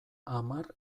hamar